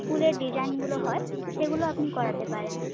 ফুলের ডিজাইনগুলো হয় সেগুলো আপনি করাতে পারেন